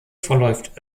verläuft